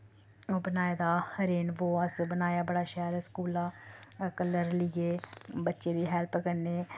ओह् बनाए दा रेनबो अस बनाया बड़ा शैल स्कूला कलर लेइयै बच्चें दी हैल्प कन्नै